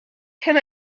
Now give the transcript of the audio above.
can